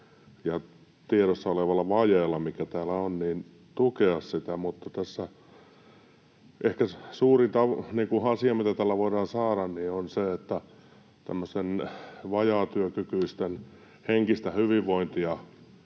ja tiedossa olevalla vajeella, mikä täällä on, tukea sitä. Mutta tässä ehkä suurin asia, mitä tällä voidaan saada, on se, että tämmöisten vajaatyökykyisten henkistä hyvinvointia